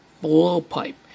Blowpipe